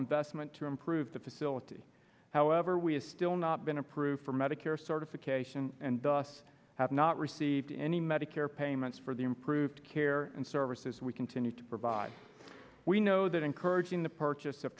investment to improve the facility however we have still not been approved for medicare certification and thus have not received any medicare payments for the improved care and services we continue to provide we know that encouraging the purchase of